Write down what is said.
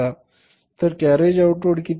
तर carriage outward किती आहे